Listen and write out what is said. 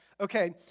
okay